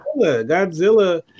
Godzilla